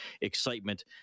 Excitement